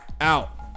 Out